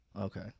Okay